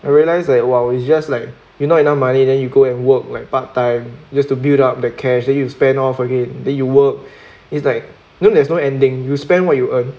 I realise that !wow! it's just like you're not enough money then you go and work like part time just to build up the cash then you spend off again then you work is like you know there's no ending you spend what you earn